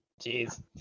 Jeez